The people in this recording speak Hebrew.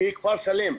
שהיא כפר שלם.